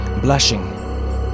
blushing